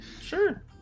Sure